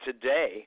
today